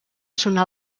sonar